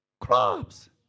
crops